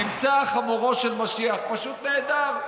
נמצא חמורו של משיח, פשוט נהדר.